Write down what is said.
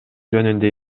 жөнүндө